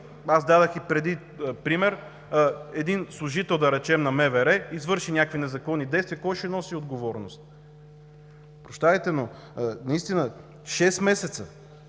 Аз дадох и преди пример – един служител, да речем на МВР, извърши някакви незаконни действия, кой ще носи отговорност? Прощавайте, но наистина 6 месеца…